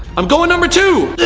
i'm going number two.